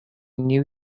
new